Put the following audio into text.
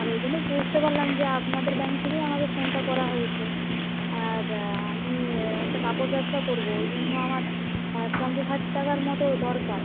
আর ওই জন্যেই বুঝতে পারলাম যে আপনাদের ব্যাংক থেকেই আমাকে ফোনটা করা হয়েছে আর আমি একটা কাপড় ব্যবসাও করবো ওই জন্য আমার পঞ্চাশ হাজার টাকার মতো দরকার